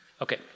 Okay